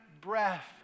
breath